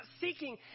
seeking